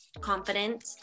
confident